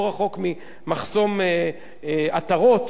לא רחוק ממחסום עטרות,